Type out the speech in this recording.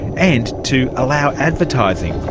and to allow advertising,